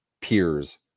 peers